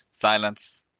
silence